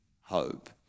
hope